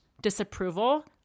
disapproval